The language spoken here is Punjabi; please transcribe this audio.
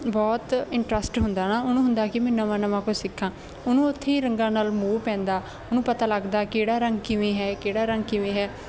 ਬਹੁਤ ਇੰਟਰਸਟ ਹੁੰਦਾ ਨਾ ਉਹਨੂੰ ਹੁੰਦਾ ਕਿ ਮੈਂ ਨਵਾਂ ਨਵਾਂ ਕੁਛ ਸਿੱਖਾ ਉਹਨੂੰ ਉੱਥੇ ਰੰਗਾਂ ਨਾਲ ਮੋਹ ਪੈਂਦਾ ਉਹਨੂੰ ਪਤਾ ਲੱਗਦਾ ਕਿਹੜਾ ਰੰਗ ਕਿਵੇਂ ਹੈ ਕਿਹੜਾ ਰੰਗ ਕਿਵੇਂ ਹੈ